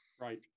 Right